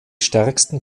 stärksten